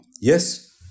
yes